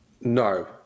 No